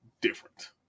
different